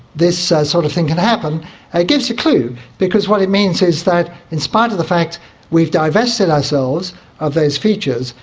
this sort of thing can happen, and it gives a clue because what it means is that in spite of the fact we've divested ourselves of those features,